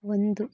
ಒಂದು